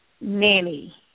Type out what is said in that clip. Nanny